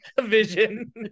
vision